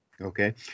Okay